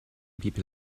people